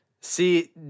See